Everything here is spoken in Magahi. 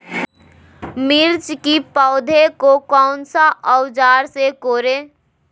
मिर्च की पौधे को कौन सा औजार से कोरे?